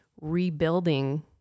rebuilding